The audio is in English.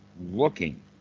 looking